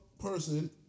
person